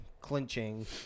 clinching